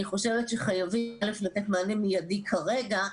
אני חושבת שחייבים א' לתת מענה מידי כרגע,